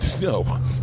no